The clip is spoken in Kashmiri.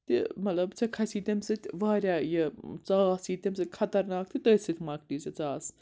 تہٕ مطلب ژےٚ کھَسی تَمہِ سۭتۍ واریاہ یہِ ژاس یی تَمہِ سۭتۍ خطرناک تہٕ تٔتھۍ سۭتۍ مۄکلی ژےٚ ژاس